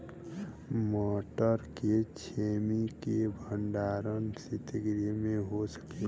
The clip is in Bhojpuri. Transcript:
मटर के छेमी के भंडारन सितगृह में हो सकेला?